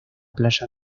playa